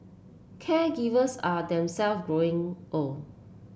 caregivers are themselves growing old